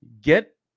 get